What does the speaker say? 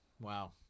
Wow